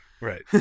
Right